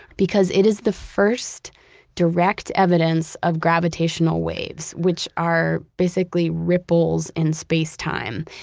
because, it is the first direct evidence of gravitational waves, which are basically ripples in space time.